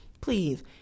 Please